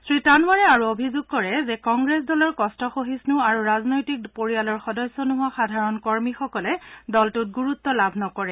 শ্ৰী টানৱাৰে আৰু অভিযোগ কৰে যে কংগ্ৰেছ দলৰ কষ্টসহিষ্ণ আৰু ৰাজনৈতিক পৰিয়ালৰ সদস্য নোহোৱা সাধাৰণ কৰ্মীসকলে দলটোত গুৰুত্ লাভ নকৰে